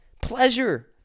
pleasure